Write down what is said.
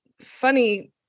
funny